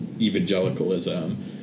evangelicalism